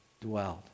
dwelled